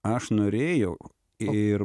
aš norėjau ir